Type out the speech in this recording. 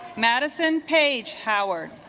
madison paige howard